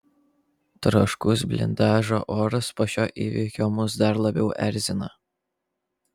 troškus blindažo oras po šio įvykio mus dar labiau erzina